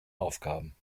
aufgaben